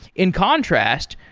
in contrast,